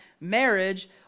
marriage